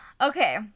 Okay